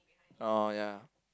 oh ya